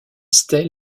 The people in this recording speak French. stèle